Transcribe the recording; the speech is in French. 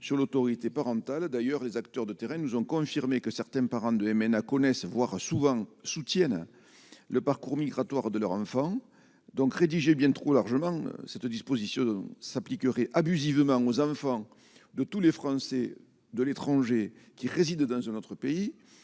sur l'autorité parentale, d'ailleurs, les acteurs de terrain nous ont confirmé que certains parents de MNA connaissent voir souvent soutiennent le parcours migratoire de leur enfant, donc rédigé bien trop largement cette disposition s'appliquerait abusivement aux enfants de tous les Français de l'étranger qui réside dans un autre pays